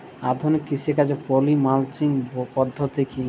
আধুনিক কৃষিকাজে poly mulching পদ্ধতি কি?